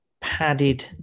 padded